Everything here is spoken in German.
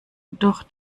doch